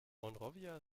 monrovia